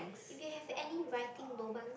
you can have any writing !lobangs!